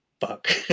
Fuck